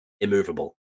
immovable